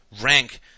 rank